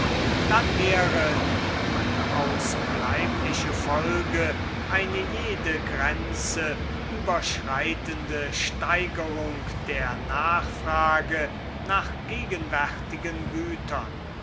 dann wäre die unausbleibliche folge eine jede grenze überschreitende steigerung der nachfrage nach gegenwärtigen gütern